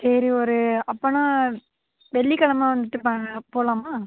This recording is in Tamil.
சரி ஒரு அப்போன்னா வெள்ளிக் கிழம வந்துட்டு போகலாமா